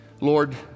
Lord